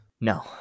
no